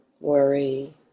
worry